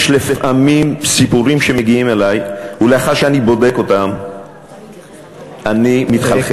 יש לפעמים סיפורים שמגיעים אלי ולאחר שאני בודק אותם אני מתחלחל.